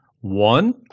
One